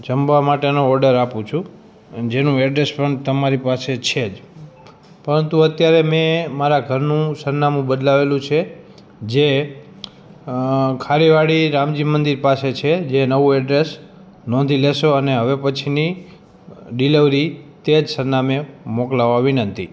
જમવા માટેનો ઑર્ડર આપું છું જેનું એડ્રેસ પણ તમારી પાસે છે જ પરંતુ અત્યારે મેં મારા ઘરનું સરનામું બદલાવેલું છે જે ખારીવાડી રામજી મંદિર પાસે છે જે નવું એડ્રેસ નોંધી લેશો અને હવે પછીની ડીલિવરી તે જ સરનામે મોકલાવવા વિનંતી